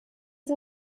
sie